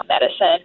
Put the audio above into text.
medicine